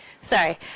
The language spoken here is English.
Sorry